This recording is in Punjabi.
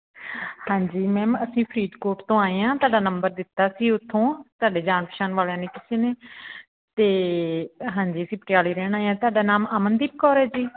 ਹਾਂਜੀ ਮੈਮ ਅਸੀਂ ਫਰੀਦਕੋਟ ਤੋਂ ਆਏ ਹਾਂ ਤੁਹਾਡਾ ਨੰਬਰ ਦਿੱਤਾ ਸੀ ਉੱਥੋਂ ਤੁਹਾਡੇ ਜਾਣ ਪਛਾਣ ਵਾਲਿਆਂ ਨੇ ਕਿਸੇ ਨੇ ਅਤੇ ਹਾਂਜੀ ਅਸੀਂ ਪਟਿਆਲੇ ਰਹਿਣ ਆਏ ਹਾਂ ਤੁਹਾਡਾ ਨਾਮ ਅਮਨਦੀਪ ਕੌਰ ਹੈ ਜੀ